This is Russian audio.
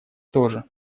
тоже